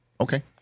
okay